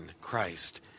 Christ